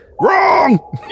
Wrong